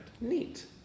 Neat